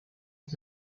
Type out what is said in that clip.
het